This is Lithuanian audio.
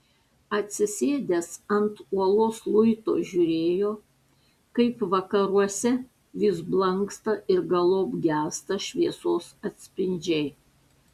atsisėdęs ant uolos luito žiūrėjo kaip vakaruose vis blanksta ir galop gęsta šviesos atspindžiai